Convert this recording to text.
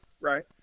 right